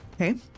Okay